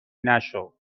نشو